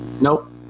Nope